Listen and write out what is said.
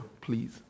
please